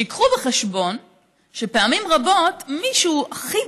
שייקחו בחשבון שפעמים רבות מישהו שהכי